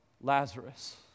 Lazarus